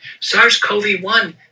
SARS-CoV-1